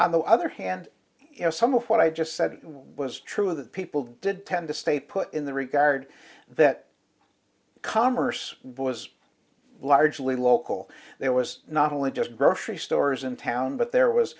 on the other hand you know some of what i just said was true that people did tend to stay put in the regard that commerce was largely local there was not only just grocery stores in town but there was